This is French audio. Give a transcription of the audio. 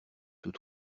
tous